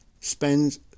spends